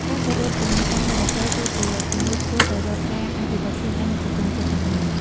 ការគោរពចំណេះដឹងអ្នកដទៃ គឺជាគន្លឹះឆ្ពោះទៅរកការអភិវឌ្ឍខ្លួនឯង និងសង្គមជាតិទាំងមូល។